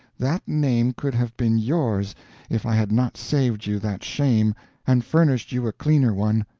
that name could have been yours if i had not saved you that shame and furnished you a cleaner one.